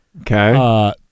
Okay